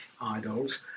Idols